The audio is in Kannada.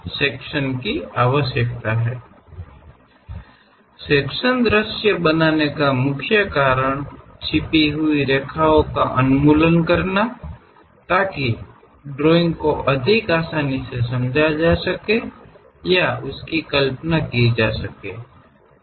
ವಿಭಾಗೀಯ ನೋಟವನ್ನು ರಚಿಸಲು ಮುಖ್ಯ ಕಾರಣವೆಂದರೆ ಗುಪ್ತ ರೇಖೆಗಳ ನಿರ್ಮೂಲನೆ ಇದರಿಂದಾಗಿ ರೇಖಾಚಿತ್ರವನ್ನು ಹೆಚ್ಚು ಸುಲಭವಾಗಿ ಅರ್ಥಮಾಡಿಕೊಳ್ಳಬಹುದು ಅಥವಾ ದೃಶ್ಯೀಕರಿಸಬಹುದು